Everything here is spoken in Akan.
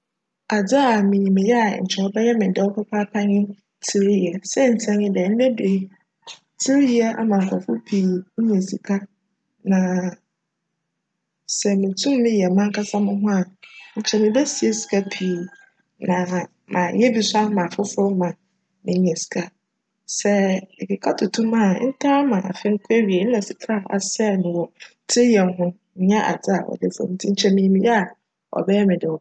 Adze a minyim yj a nkyj cbjyj me djw papaapa nye tsiryj. Siantsir nye dj, ndj da yi, tsiryj ama nkorcfo pii enya sika na sj mutum meyj m'ankasa moho a, nkyj mebesie sika pii na maayj bi so ama afofor so na menya sika. Sj ekeka toto mu a, ntaa ma afe no nkc ewiei no, nna sika a asjj no wc tsiryj ho no nnyj adze a cda famu ntsi nkyj minyim yj a cbjyj me djw.